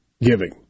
giving